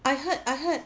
I heard I heard